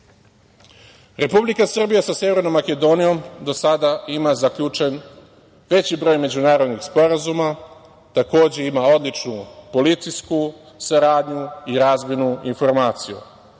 građana. Republika Srbija sa Severnom Makedonijom do sada ima zaključen veći broj međunarodnih sporazuma, takođe, ima odličnu policijsku saradnju i razmenu informacija.